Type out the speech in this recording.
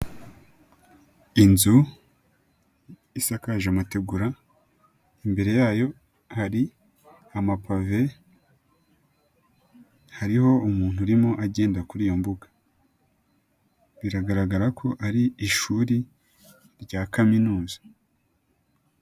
Inzu isakaje amategura, imbere yayo hari amapave, hariho umuntu urimo agenda kuri iyo mbuga. Biragaragara ko ari ishuri rya Kaminuza.